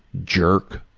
jerk!